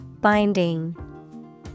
Binding